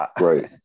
right